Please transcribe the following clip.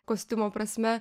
kostiumo prasme